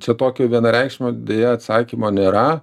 čia tokio vienareikšmio deja atsakymo nėra